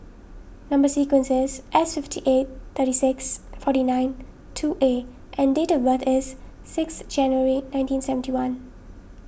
Number Sequence is S fifty eight thirty six forty nine two A and date of birth is six January nineteen seventy one